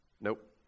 Nope